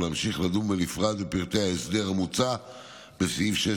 ולהמשיך לדון בנפרד בפרטי ההסדר המוצע בסעיף 6